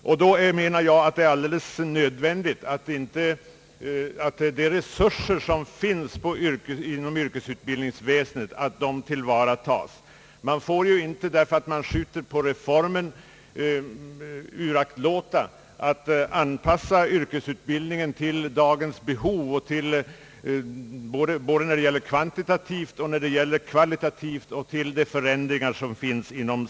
Enligt min mening är det därför alldeles nödvändigt att de resurser som finns inom yrkesutbildningsväsendet tillvaratas. även om man skjuter upp reformens genomförande får man ju inte uraktlåta att anpassa yrkesutbildningen till dagens behov, såväl kvantitativt som kvalitativt, och till förändringarna inom arbetslivet.